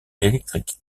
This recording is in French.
électrique